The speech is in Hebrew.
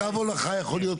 קו הולכה יכול להיות.